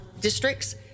districts